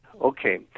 Okay